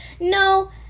No